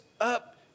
up